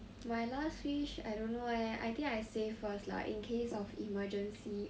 my last wish I don't know eh I think I save first lah in case of emergency